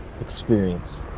experience